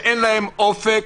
שאין להם אופק,